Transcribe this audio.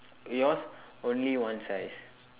yours only one slice